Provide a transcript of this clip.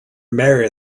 marry